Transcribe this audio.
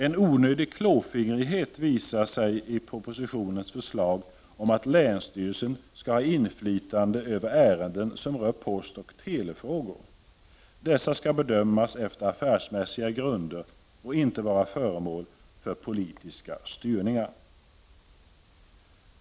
En onödig klåfingrighet visar sig i propositionens förslag om att länsstyrelsen skall ha inflytande över ärenden som rör postoch telefrågor. Dessa skall bedömas efter affärsmässiga grunder och inte vara föremål för politiska styrningar.